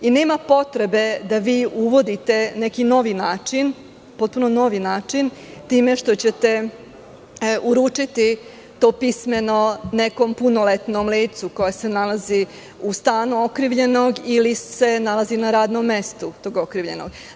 Nema potrebe da vi uvodite neki potpuno novi način time što ćete uručiti to pismenonekom punoletnom licu koje se nalazi u stanu okrivljenog ili se nalazi na radnom mestu tog okrivljenog.